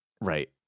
Right